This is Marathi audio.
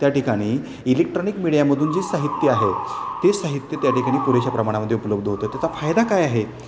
त्या ठिकाणी इलेक्ट्रॉनिक मीडियामधून जे साहित्य आहे ते साहित्य त्या ठिकाणी पुरेशा प्रमाणामध्ये उपलब्ध होतं त्याचा फायदा काय आहे